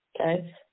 okay